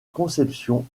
conception